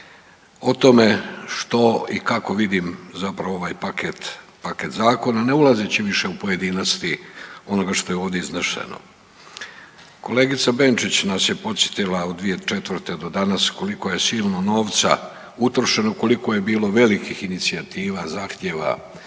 o tome što i kako vidim zapravo ovaj paket, paket zakona ne ulazeći više u pojedinosti onoga što je ovdje iznešeno. Kolegica Benčić nas je podsjetila od 2004. do danas koliko je silno novca utrošeno, koliko je bilo velikih inicijativa, zahtjeva